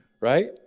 right